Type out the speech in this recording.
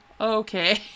okay